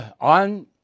on